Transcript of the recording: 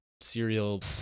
Serial